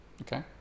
okay